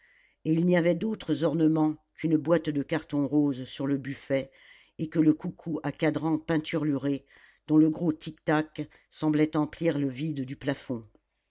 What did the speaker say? et il n'y avait d'autres ornements qu'une boîte de carton rose sur le buffet et que le coucou à cadran peinturluré dont le gros tic-tac semblait emplir le vide du plafond